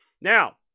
Now